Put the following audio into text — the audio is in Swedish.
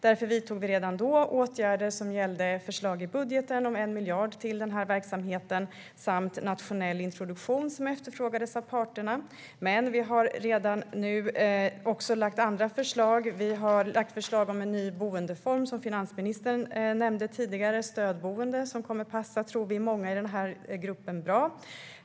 Därför vidtog vi redan då åtgärder som gällde förslag i budgeten om 1 miljard till verksamheten samt nationell introduktion som efterfrågades av parterna. Vi har redan nu lagt fram andra förslag. Vi har föreslagit en ny boendeform, som finansministern nämnde tidigare. Det handlar om stödboende, som vi tror kommer att passa många i den gruppen bra.